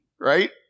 right